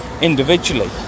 individually